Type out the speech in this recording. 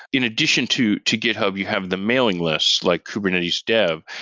in addition to to github, you have the mailing list like kubernetes dev.